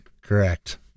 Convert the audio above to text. correct